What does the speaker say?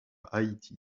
haïti